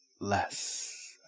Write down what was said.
less